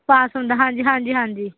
ਪਾਸ ਹੁੰਦਾ ਹਾਂਜੀ ਹਾਂਜੀ ਹਾਂਜੀ